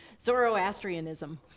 Zoroastrianism